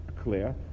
clear